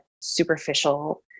superficial